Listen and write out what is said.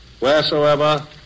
wheresoever